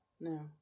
No